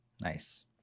nice